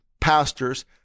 pastors